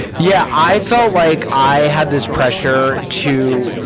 yeah, i felt like i had this pressure to,